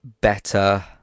better